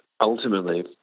ultimately